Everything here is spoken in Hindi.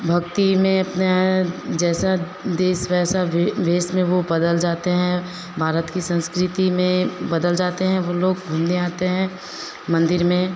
भक्ति में अपना जैसा देश वैसा भे भेस में वे बदल जाते हैं भारत की संस्कृति में बदल जाते हैं वे लोग घूमने आते हैं मंदिर में